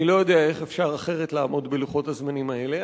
אני לא יודע איך אפשר אחרת לעמוד בלוחות הזמנים האלה.